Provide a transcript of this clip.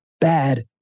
bad